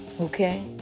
okay